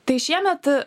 tai šiemet